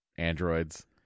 Androids